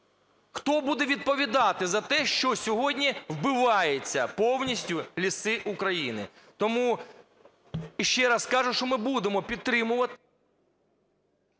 Хто буде відповідати за те, що сьогодні вбиваються повністю ліси України? Тому, ще раз кажу, що ми будемо підтримувати...